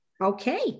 Okay